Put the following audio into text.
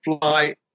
fly